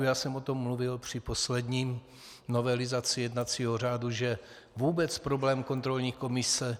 Já jsem o tom mluvil při poslední novelizaci jednacího řádu, že je vůbec problém kontrolní komise.